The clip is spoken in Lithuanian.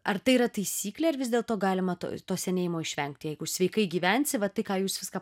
ar tai yra taisyklė ar vis dėlto galima to to senėjimo išvengti jeigu sveikai gyvensi va tai ką jūs viską